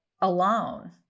alone